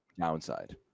downside